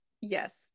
Yes